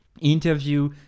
interview